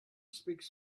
speaks